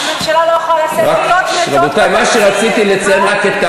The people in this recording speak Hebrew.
הייתה אמורה לקבל 0.5 מיליארד.